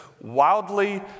wildly